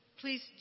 Please